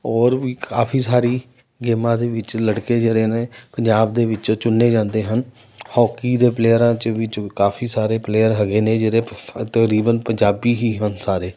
ਔਰ ਵੀ ਕਾਫੀ ਸਾਰੀ ਗੇਮਾਂ ਦੇ ਵਿੱਚ ਲੜਕੇ ਜਿਹੜੇ ਨੇ ਪੰਜਾਬ ਦੇ ਵਿੱਚੋਂ ਚੁਣੇ ਜਾਂਦੇ ਹਨ ਹੋਕੀ ਦੇ ਪਲੇਅਰਾਂ 'ਚ ਵੀ ਕਾਫੀ ਸਾਰੇ ਪਲੇਅਰ ਹੈਗੇ ਨੇ ਜਿਹੜੇ ਤਕਰੀਬਨ ਪੰਜਾਬੀ ਹੀ ਹਨ ਸਾਰੇ